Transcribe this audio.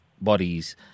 bodies